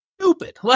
stupid